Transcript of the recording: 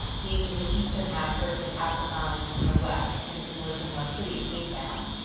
being in the eastern half versus afrikaans in the west in english in one city, cape town.